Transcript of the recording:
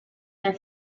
their